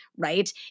Right